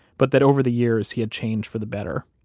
but that over the years he had changed for the better.